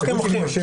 מוחקים, מוחקים.